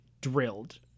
drilled